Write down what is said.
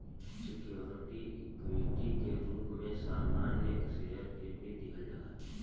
security equity के रूप में सामान्य शेयर के भी लिहल जाला